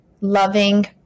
Loving